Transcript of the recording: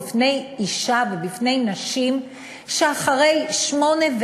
בפני אישה ובפני נשים שאחרי שמונה,